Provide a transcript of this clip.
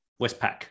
Westpac